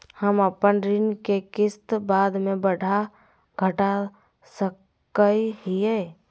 हम अपन ऋण के किस्त बाद में बढ़ा घटा सकई हियइ?